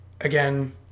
Again